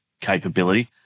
capability